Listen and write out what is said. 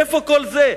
איפה כל זה?